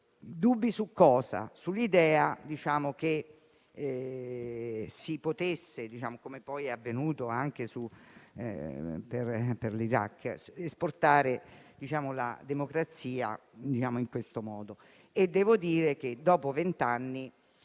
dubbi su cosa? Sull'idea che si potesse, come poi è avvenuto anche per l'Iraq, esportare la democrazia in questo modo. Devo dire che dopo venti anni,